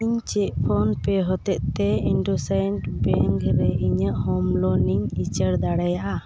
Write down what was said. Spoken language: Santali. ᱤᱧ ᱪᱮᱫ ᱯᱷᱳᱱᱯᱮ ᱦᱚᱛᱮᱡᱛᱮ ᱤᱱᱫᱟᱥᱞᱮᱱᱰ ᱵᱮᱝᱠ ᱨᱮ ᱤᱧᱟᱹᱜ ᱦᱳᱢ ᱞᱳᱱᱤᱧ ᱩᱪᱟᱹᱲ ᱫᱟᱲᱮᱭᱟᱜᱼᱟ